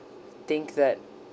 think that